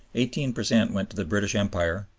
eighteen per cent went to the british empire,